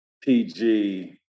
PG